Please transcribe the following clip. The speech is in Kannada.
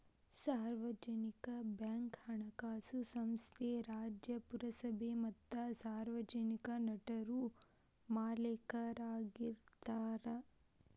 ಸಾರ್ವಜನಿಕ ಬ್ಯಾಂಕ್ ಹಣಕಾಸು ಸಂಸ್ಥೆ ರಾಜ್ಯ, ಪುರಸಭೆ ಮತ್ತ ಸಾರ್ವಜನಿಕ ನಟರು ಮಾಲೇಕರಾಗಿರ್ತಾರ